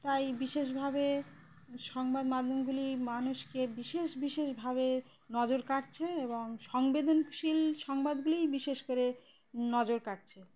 তাই বিশেষভাবে সংবাদ মাধ্যমগুলি মানুষকে বিশেষ বিশেষভাবে নজর কাড়ছে এবং সংবেদনশীল সংবাদগুলিই বিশেষ করে নজর কাড়ছে